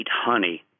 honey